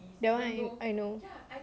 that one I I know